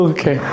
Okay